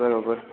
બરોબર